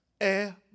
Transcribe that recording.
Air